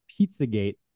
Pizzagate